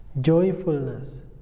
joyfulness